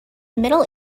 middle